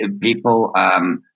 people